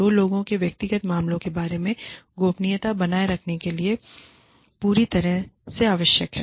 दो लोगों के व्यक्तिगत मामलों के बारे में गोपनीयता बनाए रखने के लिए पूरी तरह से आवश्यक है